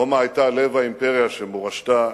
רומא היתה לב האימפריה, שמורשתה